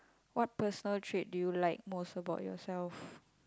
what personal trait to you like most about yourself